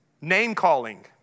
Name-calling